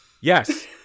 Yes